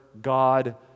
God